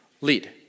lead